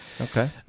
okay